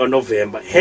November